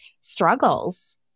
struggles